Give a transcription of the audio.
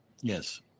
Yes